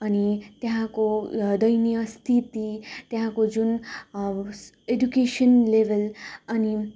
अनि त्यहाँको दयनीय स्थिति त्यहाँको जुन एडुकेसन लेभल अनि